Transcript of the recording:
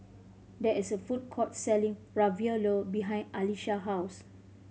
there is a food court selling Ravioli behind Alysha house